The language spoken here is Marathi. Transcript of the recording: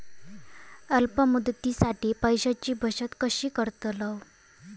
अल्प मुदतीसाठी पैशांची बचत कशी करतलव?